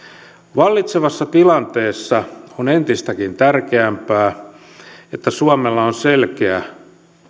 vallitsevassa tilanteessa on entistäkin tärkeämpää että suomella on selkeä